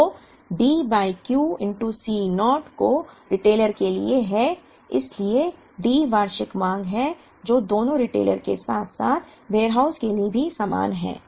तो D by Q C naught को retailer के लिए है इसलिए D वार्षिक मांग है जो दोनों रिटेलर के साथ साथ वेयरहाउस के लिए भी समान है